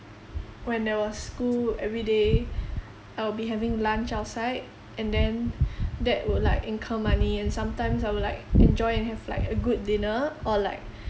when there was school every day I'll be having lunch outside and then that would like incur money and sometimes I would like enjoy and have like a good dinner or like